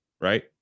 right